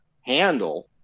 handle